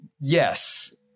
Yes